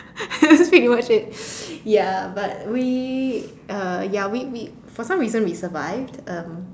that's pretty much it ya but we uh ya we we for some reason we survive um